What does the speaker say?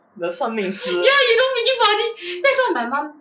the 算命师